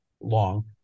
long